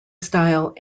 style